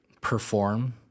perform